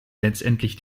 letztendlich